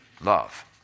Love